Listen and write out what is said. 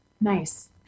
Nice